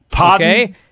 Okay